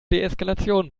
deeskalation